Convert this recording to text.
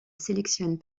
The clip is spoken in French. sélectionne